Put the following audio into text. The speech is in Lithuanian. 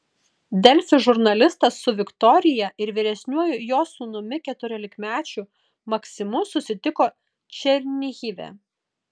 delfi žurnalistas su viktorija ir vyresniuoju jos sūnumi keturiolikmečiu maksimu susitiko černihive